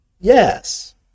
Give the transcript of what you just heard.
Yes